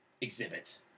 exhibit